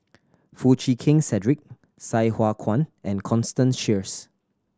Foo Chee Keng Cedric Sai Hua Kuan and Constance Sheares